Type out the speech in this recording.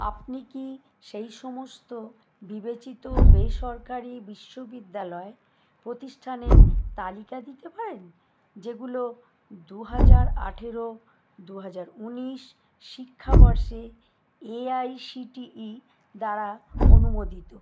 আপনি কি সেই সমস্ত বিবেচিত বেসরকারি বিশ্ববিদ্যালয় প্রতিষ্ঠানের তালিকা দিতে পারেন যেগুলো দু হাজার আঠেরো দু হাজার উনিশ শিক্ষাবর্ষে এআইসিটিই দ্বারা অনুমোদিত